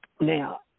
Now